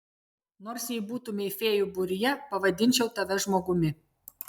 nors jei būtumei fėjų būryje pavadinčiau tave žmogumi